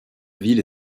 ville